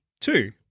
two